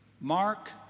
Mark